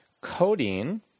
Codeine